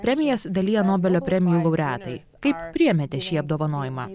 premijas dalija nobelio premijų laureatai kaip priėmėte šį apdovanojimą